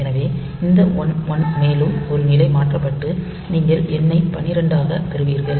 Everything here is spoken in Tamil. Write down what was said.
எனவே இந்த 11 மேலும் ஒரு நிலை மாற்றப்பட்டு நீங்கள் எண்ணை 12 ஆகப் பெறுவீர்கள்